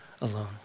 alone